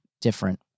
different